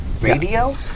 Radio